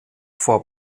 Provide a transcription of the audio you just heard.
vor